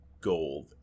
gold